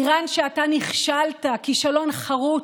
איראן, שאתה נכשלת כישלון חרוץ,